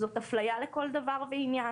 זאת אפליה לכל דבר ועניין.